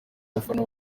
abafana